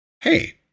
hey